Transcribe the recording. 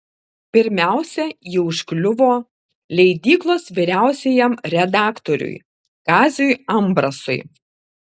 pirmiausia ji užkliuvo leidyklos vyriausiajam redaktoriui kaziui ambrasui